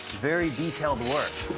very detailed work.